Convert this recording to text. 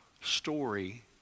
story